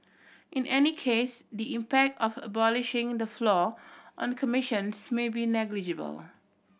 in any case the impact of abolishing the floor on commissions may be negligible